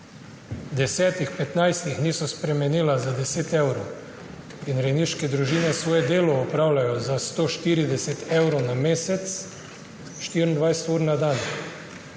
letih niso spremenile za 10 evrov, in rejniške družine svoje delo opravljajo za 140 evrov na mesec 24 ur na dan.